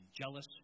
jealous